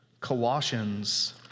Colossians